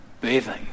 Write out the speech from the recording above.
bathing